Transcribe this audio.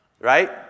Right